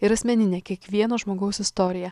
ir asmeninė kiekvieno žmogaus istorija